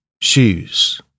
shoes